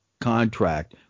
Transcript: contract